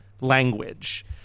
language